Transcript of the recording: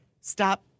stop